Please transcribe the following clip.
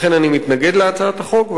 לכן אני מתנגד להצעת החוק,